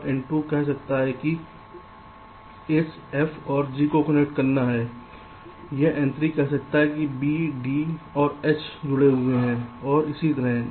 यह N2 कह सकता है कि इस f और g को कनेक्ट करना है यह N3 कह सकता है कि B D और H जुड़े हुए हैं और इसी तरह